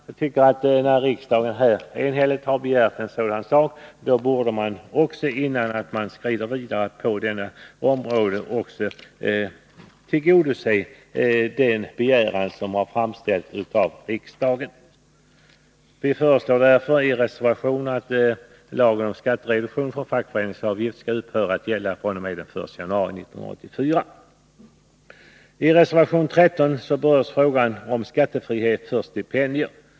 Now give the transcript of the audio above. Jag tycker att när riksdagen enhälligt begärt en sådan här kartläggning borde man, innan man skrider vidare på området, tillgodose denna begäran. Vi föreslår därför i reservation att lagen om skattereduktion för fackföreningsavgifter skall upphöra att gälla fr.o.m. den 1 januari 1984. I reservation 13 berörs frågan om skattefrihet för stipendier.